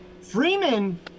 Freeman